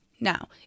now